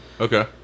Okay